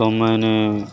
تو میں نے